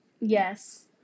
Yes